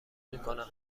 میکنم